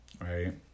Right